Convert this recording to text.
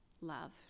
love